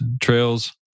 trails